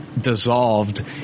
dissolved